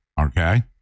Okay